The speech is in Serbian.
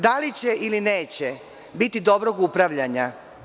Da li će ili neće biti dobrog upravljanja?